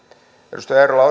edustaja eerola